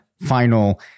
final